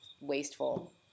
wasteful